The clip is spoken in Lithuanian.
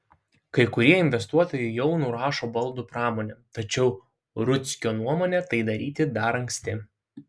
kai kurie investuotojai jau nurašo baldų pramonę tačiau rudzkio nuomone tai daryti dar anksti